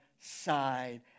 side